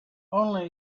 only